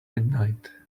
midnight